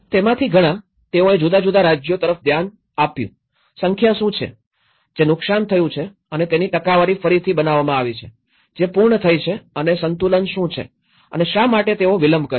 તેમાંથી ઘણા તેઓએ જુદા જુદા રાજ્યો તરફ ધ્યાન આપ્યું સંખ્યા શું છે જે નુકસાન થયું છે અને તેની ટકાવારી ફરીથી બનાવવામાં આવી છે જે પૂર્ણ થઈ છે અને સંતુલન શું છે અને શા માટે તેઓ વિલંબ કરે છે